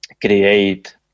create